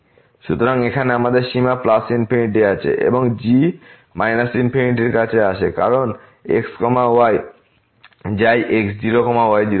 সুতরাং এখানে আমাদের সীমা প্লাস ইনফিনিটি আছে এবং g মাইনাস ইনফিনিটির কাছে আসছে কারণ x y যায় x0 y0তে